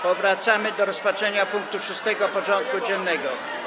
Powracamy do rozpatrzenia punktu 6. porządku dziennego.